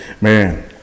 man